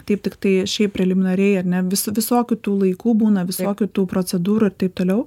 taip tiktai šiaip preliminariai ar ne vis visokių tų laikų būna visokių tų procedūrų ir taip toliau